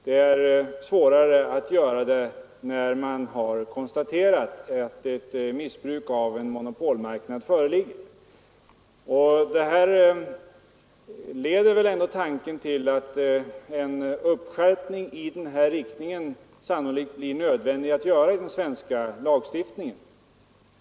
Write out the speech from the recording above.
Det är svårare att göra det när man har konstaterat att ett missbruk av en monopolmarknad föreligger. Det här leder ändå tanken till att det sannolikt blir nödvändigt att göra en uppskärpning i denna riktning av den svenska lagstiftningen.